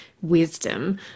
wisdom